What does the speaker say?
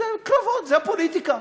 זה כבוד, זה הפוליטיקה.